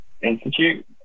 Institute